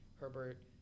Herbert